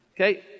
okay